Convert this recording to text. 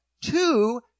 two